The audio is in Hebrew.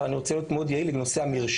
אבל אני רוצה להיות מאוד יעיל בנושא המרשם.